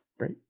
right